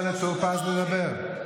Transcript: חבר הכנסת רול, אתה מפריע לטור פז לדבר.